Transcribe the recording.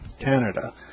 canada